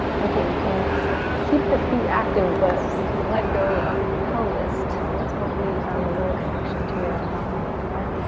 okay, you can keep the feet active but you can let go of the pelvis tilt. hopefully you found a little connection to your abdominal wall there.